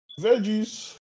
Veggies